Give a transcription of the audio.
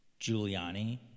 Giuliani